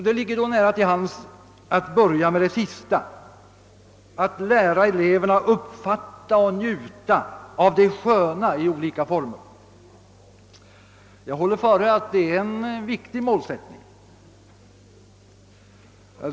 Det ligger då nära till hands att börja med det sista, att lära eleverna uppfatta och njuta av det sköna i olika former. Jag håller före att det är en viktig målsättning.